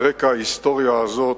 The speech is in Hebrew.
על רקע ההיסטוריה הזאת,